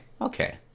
okay